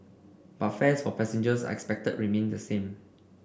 but fares for passengers are expected to remain the same